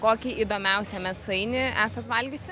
kokį įdomiausią mėsainį esat valgiusi